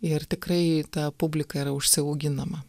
ir tikrai ta publika yra užsiauginama